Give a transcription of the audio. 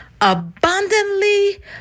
abundantly